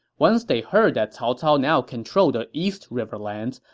once they heard that cao cao now controlled the east riverlands,